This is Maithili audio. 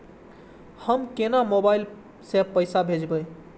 हम केना मोबाइल से पैसा भेजब?